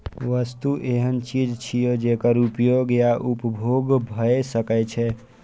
वस्तु एहन चीज छियै, जेकर उपयोग या उपभोग भए सकै छै